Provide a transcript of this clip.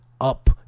up